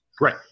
Right